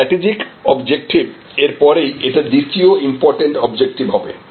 strategic objective এর পরেই এটা দ্বিতীয় ইম্পর্টেন্ট অবজেক্টিভ হবে